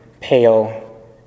pale